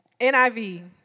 NIV